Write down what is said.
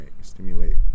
Stimulate